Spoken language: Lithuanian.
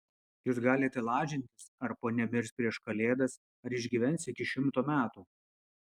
jūs galite lažintis ar ponia mirs prieš kalėdas ar išgyvens iki šimto metų